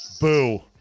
Boo